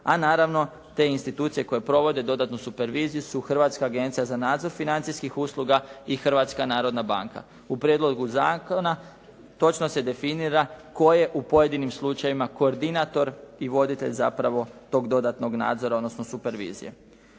a naravno te institucije koje provode dodatnu superviziju su Hrvatska agencija za nadzor financijskih usluga i Hrvatska narodna banka. U prijedlogu zakona točno se definira tko je u pojedinim slučajevima koordinatori i voditelj zapravo tog dodatnog nadzora, odnosno supervizije.